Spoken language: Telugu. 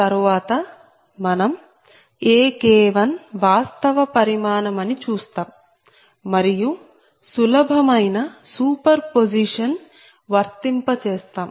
తర్వాత మనం AK1 వాస్తవ పరిమాణం అని చూస్తాం మరియు సులభమైన సూపర్పొజిషన్ వర్తింప చేస్తాం